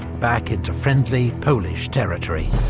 back into friendly, polish territory.